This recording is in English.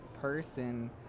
person